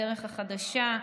הדרך החדשה,